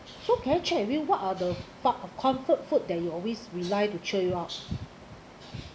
so can I check with you what other part of comfort food that you always rely to cheer you up